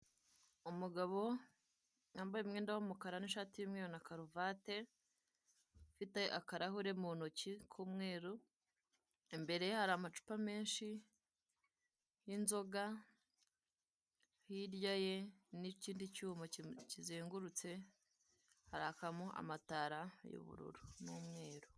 Umugabo wambaye imwenda w'umukara n'ishati y'umweru na karuvate, ufite akarahure mu ntoki, k'umweru, imbere ye hari amacupa menshi y'inzoga, hirya ye, n'ikindi cyuma kizengurutse, harakamo amatara y'ubururu n'umweru.